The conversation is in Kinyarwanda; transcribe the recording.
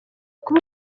kuba